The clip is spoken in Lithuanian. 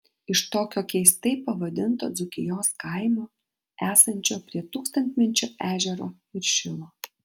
iš tokio keistai pavadinto dzūkijos kaimo esančio prie tūkstantmečio ežero ir šilo